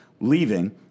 leaving